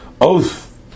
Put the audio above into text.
oath